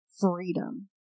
Freedom